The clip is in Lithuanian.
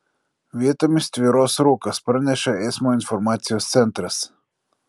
vietomis tvyros rūkas praneša eismo informacijos centras